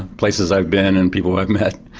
places i've been and people i've met.